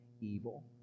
evil